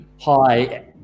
hi